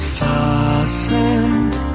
fastened